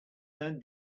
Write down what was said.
man